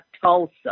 Tulsa